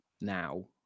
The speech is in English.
now